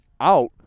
out